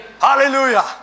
Hallelujah